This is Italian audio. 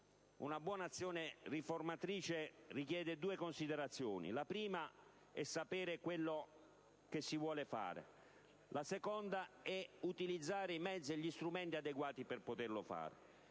una buona azione riformatrice richiede due condizioni: la prima è sapere quello che si vuole fare; la seconda è che si utilizzino i mezzi e gli strumenti adeguati per poterlo fare.